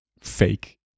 fake